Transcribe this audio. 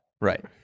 Right